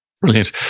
Brilliant